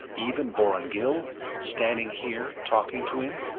even vorongil? standing here, talking to him,